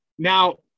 Now